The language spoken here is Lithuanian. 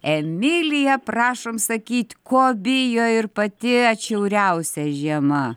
emilija prašom sakyt ko bijo ir pati atšiauriausia žiema